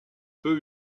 peu